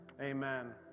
Amen